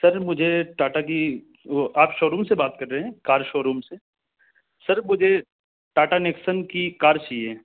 سر مجھے ٹاٹا کی وہ آپ شو روم سے بات کر رہے ہیں کار شو روم سے سر مجھے ٹاٹا نیکسن کی کار چاہیے